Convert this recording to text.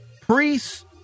priests